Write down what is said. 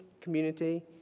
community